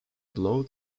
blow